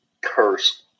Curse